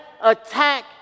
attack